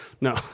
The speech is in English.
No